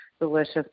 delicious